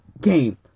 game